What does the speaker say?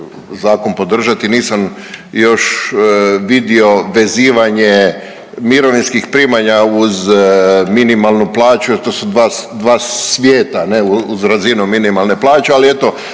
zakon podržati. Nisam još vidio vezivanje mirovinskih primanja uz minimalnu plaću jer to su dva svijeta ne uz razinu minimalne plaće. Ali eto